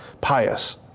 pious